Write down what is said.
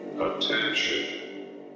Attention